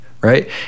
right